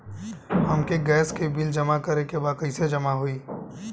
हमके गैस के बिल जमा करे के बा कैसे जमा होई?